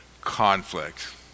conflict